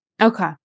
Okay